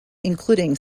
including